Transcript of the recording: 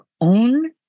own